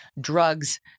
drugs